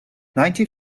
ninety